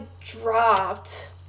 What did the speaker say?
dropped